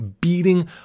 beating